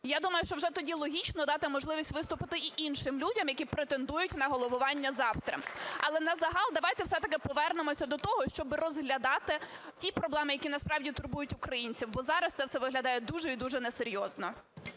Я думаю, що вже тоді логічно дати виступити і іншим людям, які претендують на головування завтра. Але на загал давайте все-таки повернемося до того, щоби розглядати ті проблеми, які насправді турбують українців, бо зараз це все виглядає дуже і дуже несерйозно.